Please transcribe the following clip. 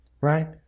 right